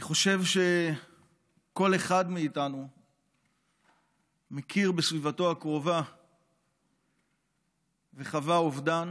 אני חושב שכל אחד מאיתנו מכיר בסביבתו הקרובה וחווה אובדן.